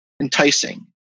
enticing